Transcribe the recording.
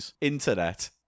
internet